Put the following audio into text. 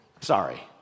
Sorry